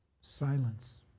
Silence